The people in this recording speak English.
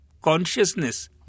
consciousness